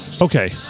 Okay